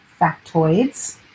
factoids